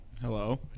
Hello